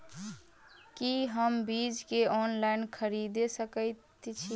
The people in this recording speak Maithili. की हम बीज केँ ऑनलाइन खरीदै सकैत छी?